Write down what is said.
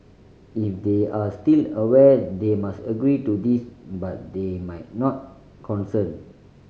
if they are still aware they must agree to this but they might not consent